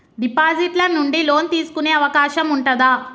Deposit ల నుండి loan తీసుకునే అవకాశం ఉంటదా?